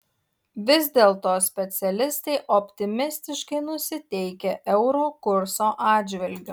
vis dėlto specialistai optimistiškai nusiteikę euro kurso atžvilgiu